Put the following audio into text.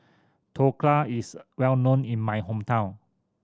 dhokla is a well known in my hometown